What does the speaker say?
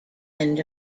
end